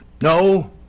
No